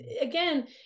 again